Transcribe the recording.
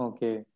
Okay